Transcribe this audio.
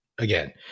again